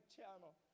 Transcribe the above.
Channel